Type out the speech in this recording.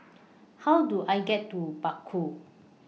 How Do I get to Bakau